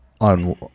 on